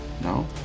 no